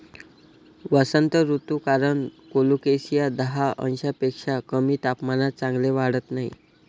वसंत ऋतू कारण कोलोकेसिया दहा अंशांपेक्षा कमी तापमानात चांगले वाढत नाही